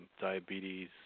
diabetes